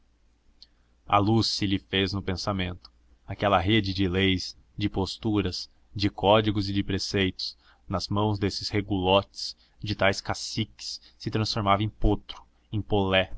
se lhe fez no pensamento aquela rede de leis de posturas de códigos e de preceitos nas mãos desses regulotes de tais caciques se transformava em potro